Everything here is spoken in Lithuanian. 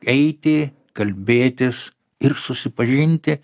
eiti kalbėtis ir susipažinti